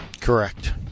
Correct